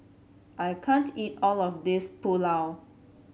I can't eat all of this Pulao